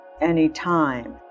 Anytime